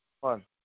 one